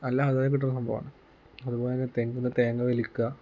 നല്ല ആദായം കിട്ടുന്നൊരു സംഭവമാണ് അതു പോലെ തന്നെ തെങ്ങിൽ നിന്ന് തേങ്ങ വലിക്കുക